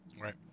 right